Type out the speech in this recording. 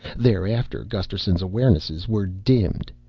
thereafter gusterson's awarenesses were dimmed.